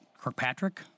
Kirkpatrick